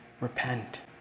repent